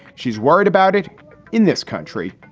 she's worried about it in this country.